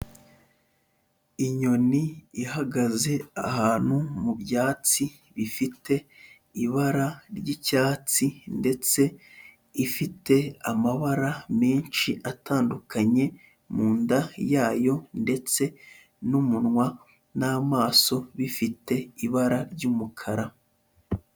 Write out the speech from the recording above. Inyoni ihagaze ahantu mu byatsi bifite ibara ry'icyatsi ndetse ifite amabara menshi atandukanye mu nda yayo ndetse n'umunwa n'amaso bifite ibara ry'umukara.